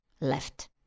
left